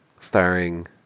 Starring